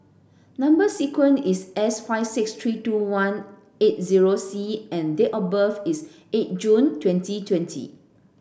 number sequence is S five six three two one eight zero C and date of birth is eight June twenty twenty